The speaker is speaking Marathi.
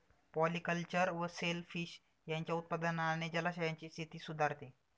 पॉलिकल्चर व सेल फिश यांच्या उत्पादनाने जलाशयांची स्थिती सुधारते